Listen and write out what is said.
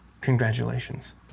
Congratulations